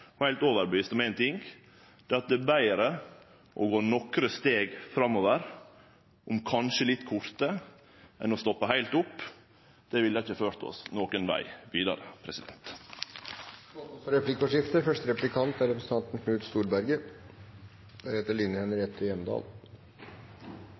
er heilt sikker på og heilt overbevist om éin ting, og det er at det er betre å gå nokre steg framover, om kanskje litt korte, enn å stoppe heilt opp. Det ville ikkje ført oss nokon veg vidare. Det blir replikkordskifte.